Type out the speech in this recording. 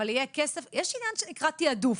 אבל יהיה כסף יש עניין שנקרא תעדוף.